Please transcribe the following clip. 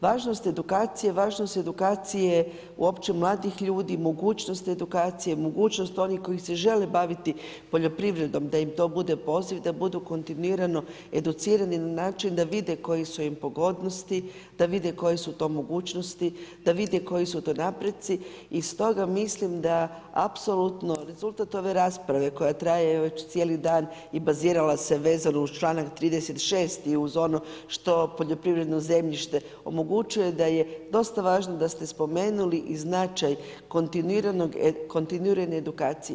Važnost edukacije, važnost edukacije uopće mladih ljudi, mogućnost edukacije, mogućnost onih koji se žele baviti poljoprivredom, da im to bude poziv, da budu kontinuirano educirani način, da vide koje su im pogodnosti, da vide koje su to mogućnosti, da vide koji su to napreci i stoga mislim, da apsolutno, rezultat ove rasprave, koja traje, evo, već cijeli dan i bazirala se vezano uz čl. 36. i uz ono što poljoprivredno zemljište omogućuje, da je dosta važno da ste spomenuli i značaj kontinuirane edukacije.